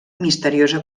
misteriosa